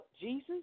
Jesus